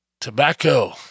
tobacco